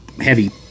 heavy